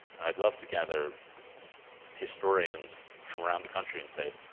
and i'd love to gather historians from around the country and say,